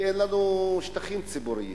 כי אין לנו שטחים ציבוריים.